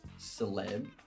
celeb